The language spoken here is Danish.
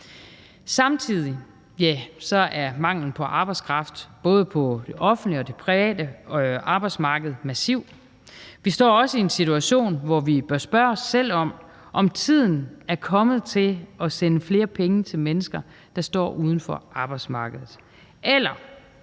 Samtidig er manglen på arbejdskraft både på det offentlige og det private arbejdsmarked massiv. Vi står også i en situation, hvor vi bør spørge os selv, om tiden er kommet til at sende flere penge til mennesker, der står uden for arbejdsmarkedet, eller